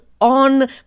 on